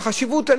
וחשיבות הדבר,